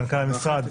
מנכ"ל המשרד,